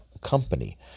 company